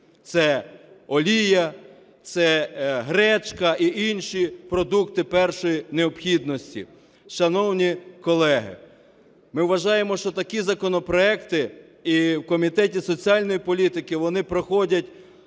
це олія, це гречка і інші продукти першої необхідності. Шановні колеги, ми вважаємо, що такі законопроекти, і в Комітеті соціальної політики вони проходять